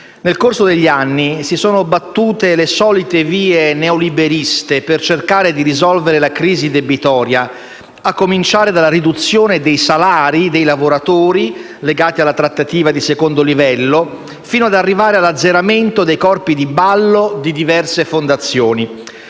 Nel corso degli anni, si sono battute le solite vie neoliberiste per cercare di risolvere la crisi debitoria, a cominciare dalla riduzione dei salari dei lavoratori legati alla trattativa di secondo livello, fino ad arrivare all'azzeramento dei corpi di ballo di diverse fondazioni.